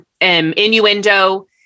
innuendo